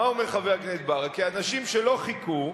מה אומר חבר הכנסת ברכה: אנשים שלא חיכו,